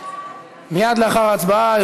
ההצעה להעביר לוועדה את הצעת חוק הרשויות